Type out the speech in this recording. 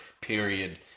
period